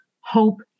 hope